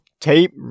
tape